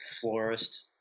florist